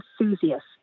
enthusiasts